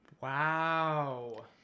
Wow